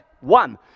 One